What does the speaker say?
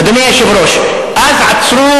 אדוני היושב-ראש, אז עצרו